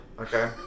Okay